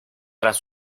tras